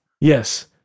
Yes